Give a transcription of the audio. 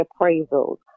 appraisals